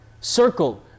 Circle